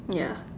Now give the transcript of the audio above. ya